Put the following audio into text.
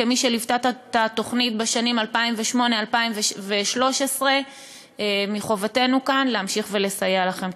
כמי שליוותה את התוכנית בשנים 2008 2013. מחובתנו כאן להמשיך לסייע לכם.